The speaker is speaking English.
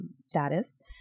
status